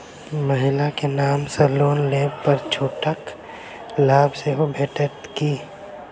महिला केँ नाम सँ लोन लेबऽ पर छुटक लाभ सेहो भेटत की?